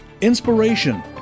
inspiration